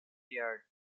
yard